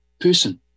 person